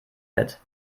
fett